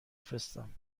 فرستم